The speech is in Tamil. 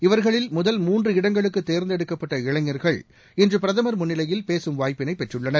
இவர்களில் முதல் மூன்று இடங்களுக்குத் தேர்ந்தெடுக்கப்பட்ட இளைஞர்கள் இன்று பிரதமர் முன்னிலையில் பேசும் வாய்ப்பினை பெற்றுள்ளனர்